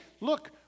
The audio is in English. look